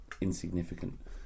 insignificant